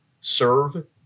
serve